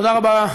תודה רבה.